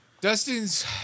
Dustin's